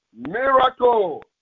Miracle